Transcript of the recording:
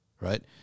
Right